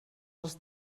els